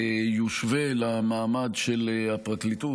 יושווה למעמד של הפרקליטות.